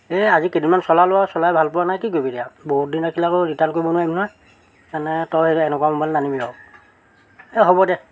এই আজি কেইদিনমান চলাল আৰু চলাই ভাল পোৱা নাই কি কৰিবি দিয়া বহুত দিন ৰাখিলে আকৌ ৰিটাৰ্ণ কৰিব নোৱাৰিম নহয় তই এনেকুৱা মোবাইল নানিবি আৰু এ হ'ব দে